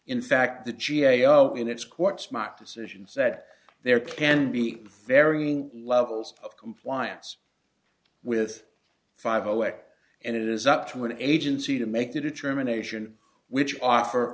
in fact the g a o in its court smart decisions that there can be varying levels of compliance with five away and it is up to an agency to make the determination which offer